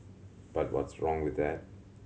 but what's wrong with that